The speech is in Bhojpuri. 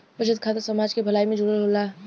बचत खाता समाज के भलाई से जुड़ल होला